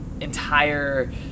entire